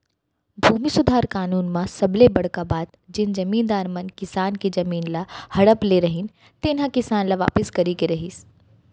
भूमि सुधार कानून म सबले बड़का बात जेन जमींदार मन किसान के जमीन ल हड़प ले रहिन तेन ह किसान ल वापिस करे के रहिस